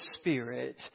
spirit